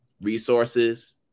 resources